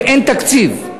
ואין תקציב.